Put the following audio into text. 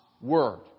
Word